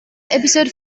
episode